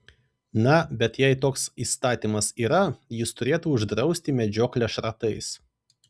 na bet jeigu toks įstatymas yra jis turėtų uždrausti medžioklę šratais